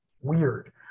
weird